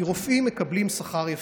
כי רופאים מקבלים שכר יפה.